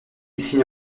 signe